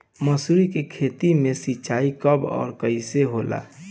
मसुरी के खेती में सिंचाई कब और कैसे होला?